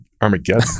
Armageddon